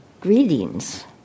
Greetings